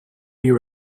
you